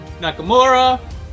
Nakamura